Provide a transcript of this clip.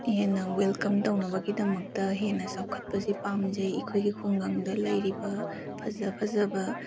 ꯍꯦꯟꯅ ꯋꯤꯜꯀꯝ ꯇꯧꯅꯕꯒꯤꯗꯃꯛꯇ ꯍꯦꯟꯅ ꯆꯥꯎꯈꯠꯄꯁꯤ ꯄꯥꯝꯖꯩ ꯑꯩꯈꯣꯏꯒꯤ ꯈꯨꯡꯒꯪꯗ ꯂꯩꯔꯤꯕ ꯐꯖ ꯐꯖꯕ